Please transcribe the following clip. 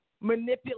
manipulate